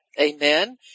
Amen